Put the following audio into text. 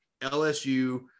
LSU